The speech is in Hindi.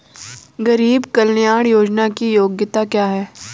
गरीब कल्याण योजना की योग्यता क्या है?